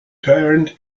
turned